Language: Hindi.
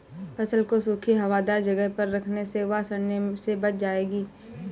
फसल को सूखी, हवादार जगह पर रखने से वह सड़ने से बच जाएगी